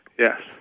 Yes